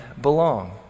belong